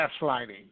gaslighting